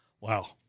Wow